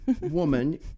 woman